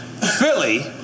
Philly